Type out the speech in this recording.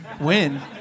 win